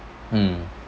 mm